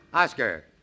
Oscar